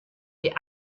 die